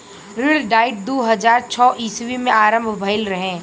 ऋण डाइट दू हज़ार छौ ईस्वी में आरंभ भईल रहे